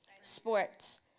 sports